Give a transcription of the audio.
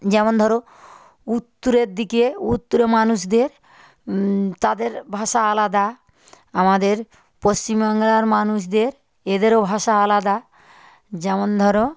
যেমন ধরো উত্তুরের দিকে উত্তরে মানুষদের তাদের ভাষা আলাদা আমাদের পশ্চিম বাংলার মানুষদের এদেরও ভাষা আলাদা যেমন ধরো